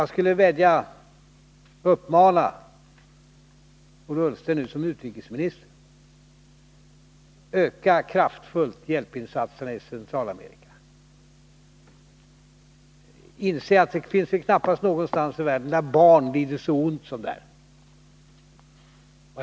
Jag skulle vilja uppmana Ola Ullsten som utrikesminister: Öka kraftfullt hjälpinsatserna i Centralamerika! Inse att det knappast finns någon annanstans i världen där barn lider så ont som där.